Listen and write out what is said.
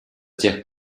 тех